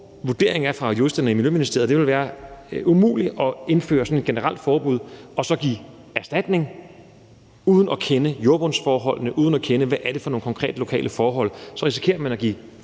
vurderingen fra juristerne i Miljøministeriet er, at det vil være umuligt at indføre sådan et generelt forbud og så give en erstatning uden at kende jordbundsforholdene, uden at kende til, hvad det er for nogle konkrete lokale forhold. Så risikerer man, at nogle